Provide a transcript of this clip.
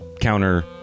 counter